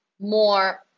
more